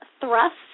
thrust